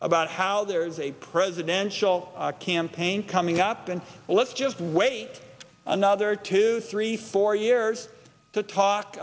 about how there's a presidential campaign coming up and let's just wait another two three four years to talk